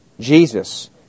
Jesus